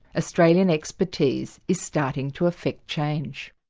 australian expertise is starting to effect change.